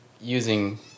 using